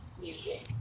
music